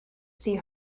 see